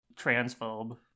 transphobe